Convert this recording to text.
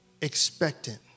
expectant